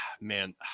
man